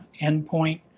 endpoint